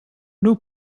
new